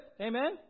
amen